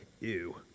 ew